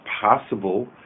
possible